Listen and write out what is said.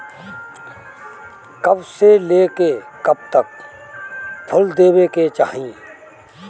कब से लेके कब तक फुल देवे के चाही?